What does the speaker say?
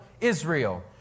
Israel